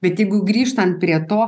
bet jeigu grįžtant prie to